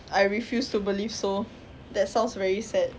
I refuse to believe so that sounds very sad